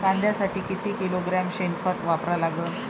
कांद्यासाठी किती किलोग्रॅम शेनखत वापरा लागन?